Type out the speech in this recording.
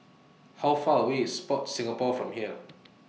How Far away IS Sport Singapore from here